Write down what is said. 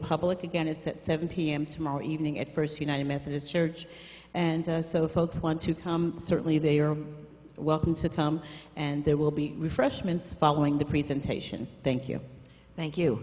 public again it's at seven p m tomorrow evening at first united methodist church and so folks want to come certainly they are welcome to come and there will be refreshments following the presentation thank you thank you